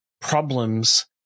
problems